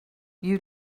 you